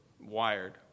wired